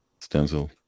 stencil